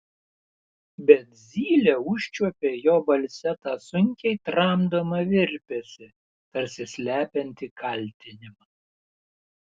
bet zylė užčiuopė jo balse tą sunkiai tramdomą virpesį tarsi slepiantį kaltinimą